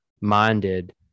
minded